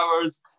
hours